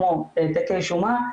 כמו העתקי שומה,